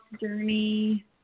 journey